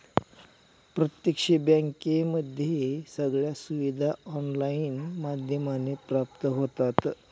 प्रत्यक्ष बँकेमध्ये सगळ्या सुविधा ऑनलाईन माध्यमाने प्राप्त होतात